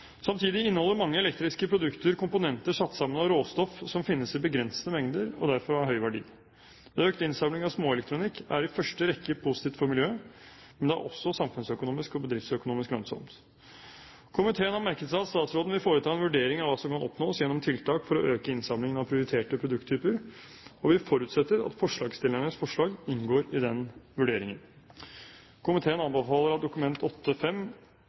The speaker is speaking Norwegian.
Samtidig inneholder mange elektriske produkter komponenter satt sammen av råstoff som finnes i begrensede mengder, og derfor har høy verdi. Økt innsamling av småelektronikk er i første rekke positivt for miljøet, men det er også samfunnsøkonomisk og bedriftsøkonomisk lønnsomt. Komiteen har merket seg at statsråden vil foreta en vurdering av hva som kan oppnås gjennom tiltak for å øke innsamlingen av prioriterte produkttyper, og vi forutsetter at forslagsstillernes forslag inngår i den vurderingen. Komiteen anbefaler at Dokument